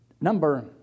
Number